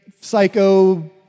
psycho